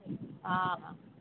ହଁ ହଁ